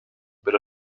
pero